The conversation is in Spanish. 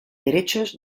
derechos